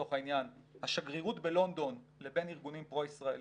לצורך העניין השגרירות בלונדון לבין ארגונים פרו ישראליים,